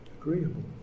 agreeable